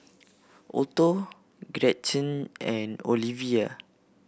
Otto Gretchen and Olevia